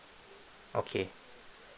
okay